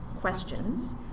questions